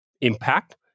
impact